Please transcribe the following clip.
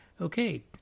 Okay